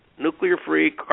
nuclear-free